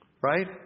right